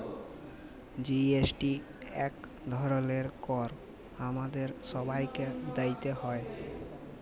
GST ইক ধরলের কর আমাদের ছবাইকে দিইতে হ্যয়